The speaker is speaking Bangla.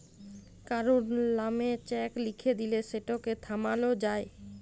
কারুর লামে চ্যাক লিখে দিঁলে সেটকে থামালো যায়